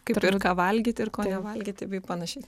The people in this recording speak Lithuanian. kaip ir ką valgyti ir ko nevalgyti bei panašiai